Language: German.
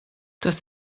das